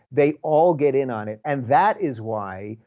they all get in on it, and that is why,